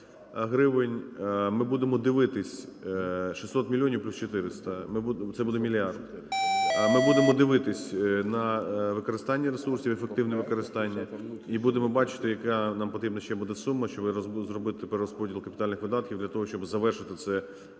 ресурсів, ефективне використання і будемо бачити, яка нам потрібна ще буде сума, щоб зробити перерозподіл капітальних видатків, для того щоб завершити це